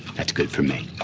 that's good for me.